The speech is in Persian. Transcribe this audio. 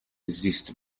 زیست